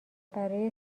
برای